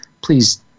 please